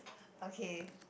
okay